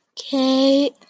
Okay